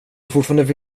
fortfarande